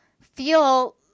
feel